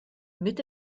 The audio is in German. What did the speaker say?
mitte